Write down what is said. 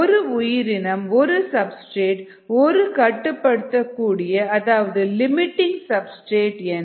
ஒரு உயிரினம் ஒரு சப்ஸ்டிரேட் ஒரு கட்டுப்படுத்தக்கூடிய அதாவது லிமிட்டிங் சப்ஸ்டிரேட் என